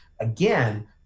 again